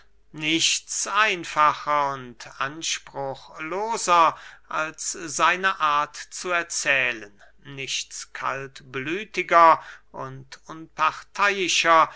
nichts einfacher und anspruchloser als seine art zu erzählen nichts kaltblütiger und unparteyischer